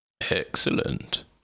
Excellent